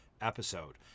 episode